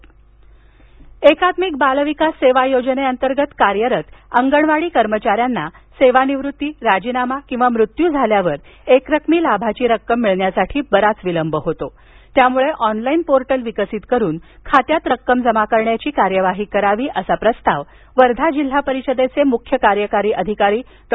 अंगणवाडी कर्मचाऱ्याना दिलासा एकात्मिक बाल विकास सेवा योजनेंतर्गत कार्यरत अंगणवाडी कर्मचाऱ्याना सेवानिवृत्त राजीनामा किंवा मृत्यू झाल्यावर एकरकमी लाभाची रक्कम मिळण्यासाठी बराच विलंब होतो त्यामुळे ऑनलाईन पोर्टल विकसित करुन खात्यात रक्कम जमा करण्याची कार्यवाही करावी असा प्रस्ताव वर्धा जिल्हा परिषडेचे मुख्य कार्यकारी अधिकारी डॉ